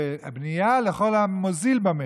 בנייה לכל המוריד במחיר.